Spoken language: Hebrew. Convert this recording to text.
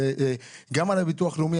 גם על ביטוח לאומי,